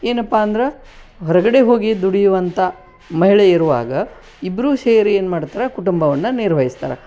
ಏನಪ್ಪಾ ಅಂದ್ರೆ ಹೊರಗಡೆ ಹೋಗಿ ದುಡಿಯುವಂಥ ಮಹಿಳೆ ಇರುವಾಗ ಇಬ್ಬರೂ ಸೇರಿ ಏನು ಮಾಡ್ತಾರೆ ಕುಟುಂಬವನ್ನು ನಿರ್ವಹಿಸ್ತಾರೆ